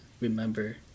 remember